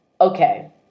okay